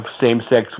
same-sex